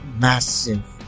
massive